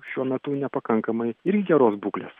šiuo metu nepakankamai irgi geros būklės